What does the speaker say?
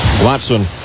Watson